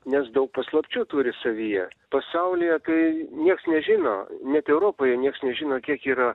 nes daug paslapčių turi savyje pasaulyje tai nieks nežino net europoje nieks nežino kiek yra